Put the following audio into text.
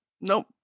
nope